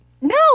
No